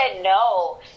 no